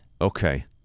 Okay